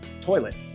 toilet